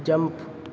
jump